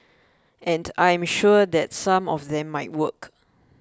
and I am sure that some of them might work